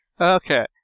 Okay